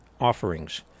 offerings